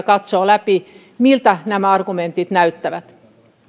katsoo läpi miltä nämä argumentit näyttävät